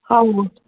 ହଉ